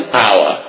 power